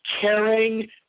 caring